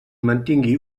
mantingui